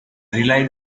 relied